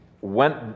went